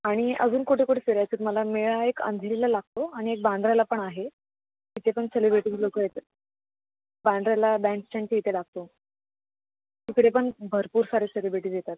आणि अजून कुठं कुठं फिरायचं आहे तुम्हाला मेळा एक अंधेरीला लागतो आणि एक वांद्रयाला पण आहे तिथे पण सेलिब्रिटीज लोक येतात वांद्रयाला बँँड स्टँडच्या इथे लागतो तिकडे पण भरपूर सारे सेलिब्रिटीज येतात